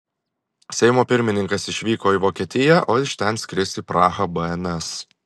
seimo pirmininkas išvyko į vokietiją o iš ten skris į prahą bns